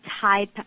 type